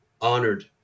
honored